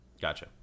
Gotcha